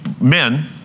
men